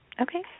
Okay